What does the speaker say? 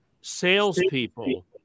salespeople